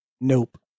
nope